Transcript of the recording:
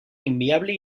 inviable